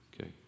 Okay